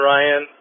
Ryan